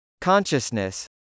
Consciousness